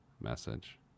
message